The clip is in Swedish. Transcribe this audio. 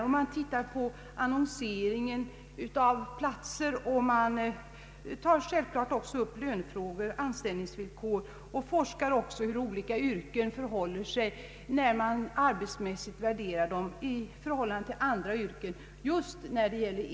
Det undersöker annonseringen av platser, och det tar självklart också upp lönefrågor och anställningsfrågor. Rådet undersöker också hur olika yrken förhåller sig till varandra vid en arbetsvärdering.